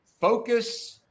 focus